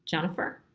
jennifer.